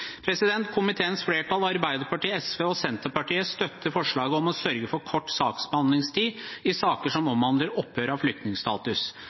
Komiteens flertall, Arbeiderpartiet, SV og Senterpartiet, støtter forslaget om å sørge for kort saksbehandlingstid i saker som omhandler opphør av